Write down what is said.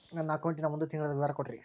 ನನ್ನ ಅಕೌಂಟಿನ ಒಂದು ತಿಂಗಳದ ವಿವರ ಕೊಡ್ರಿ?